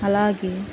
అలాగే